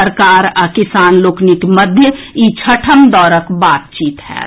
सरकार आ किसान लोकनिक मध्य ई छठम दौरक बातचीत होएत